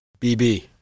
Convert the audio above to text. BB